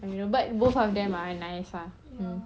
but both of them are nice ah mm